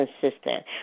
consistent